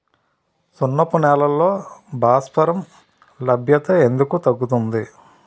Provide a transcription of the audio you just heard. సున్నపు నేలల్లో భాస్వరం లభ్యత ఎందుకు తగ్గుతుంది?